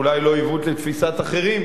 אולי לא עיוות לתפיסת אחרים,